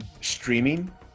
streaming